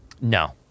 No